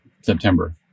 September